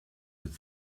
mit